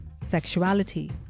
sexuality